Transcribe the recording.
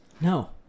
No